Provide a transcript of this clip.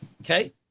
Okay